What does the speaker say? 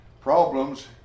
Problems